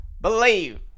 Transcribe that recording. Believe